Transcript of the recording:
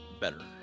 better